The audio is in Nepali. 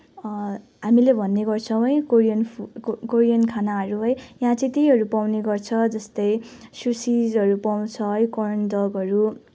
हामीले भन्ने गर्छौँ है कोरियन फु कोरियन खानाहरू है यहाँ चाहिँ त्यहीहरू पाउने गर्छ जस्तै सुसिजहरू पाउँछ है कर्न डगहरू